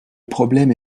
problème